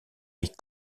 est